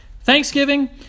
Thanksgiving